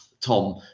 Tom